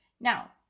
Now